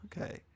okay